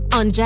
on